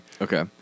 Okay